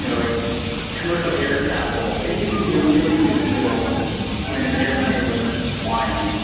you know like commercial air travel. it used to be a really big deal when an airplane was flying.